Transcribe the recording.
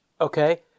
Okay